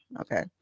Okay